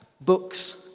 books